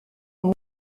loin